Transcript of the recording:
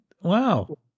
wow